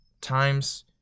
times